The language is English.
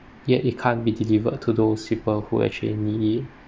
yet it can't be delivered to those people who actually need it